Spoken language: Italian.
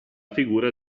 figura